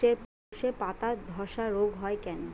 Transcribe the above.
শর্ষের পাতাধসা রোগ হয় কেন?